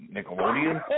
Nickelodeon